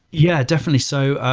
yeah, definitely so.